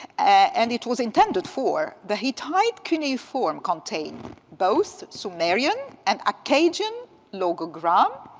and it was intended for the hittite cuneiform contain both sumerian and acadian logogram.